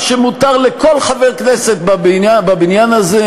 מה שמותר לכל חבר כנסת בבניין הזה,